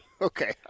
Okay